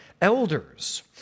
elders